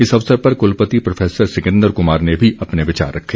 इस अवसर पर कुलपति प्रोफैसर सिकंदर कुमार ने भी अपने विचार रखे